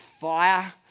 fire